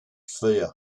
fear